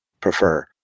prefer